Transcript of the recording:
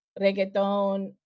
reggaeton